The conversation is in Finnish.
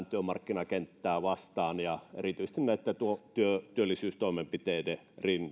työmarkkinakenttää vastaan erityisesti näitten työllisyystoimenpiteiden rinnan